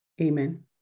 Amen